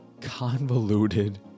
convoluted